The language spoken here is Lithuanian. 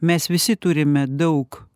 mes visi turime daug